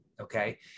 Okay